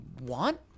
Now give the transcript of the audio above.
want